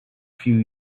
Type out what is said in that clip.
few